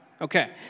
Okay